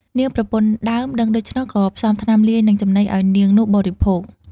នាងប្រពន្ធដើមដឹងដូច្នោះ ក៏ផ្សំថ្នាំលាយនឹង ចំណីឲ្យនាងនោះបរិភោគ។